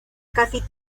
casi